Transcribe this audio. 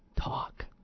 talk